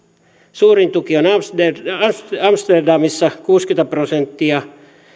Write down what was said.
suurin tuki on on amsterdamissa kuusikymmentä prosenttia